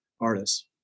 artists